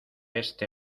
este